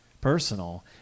personal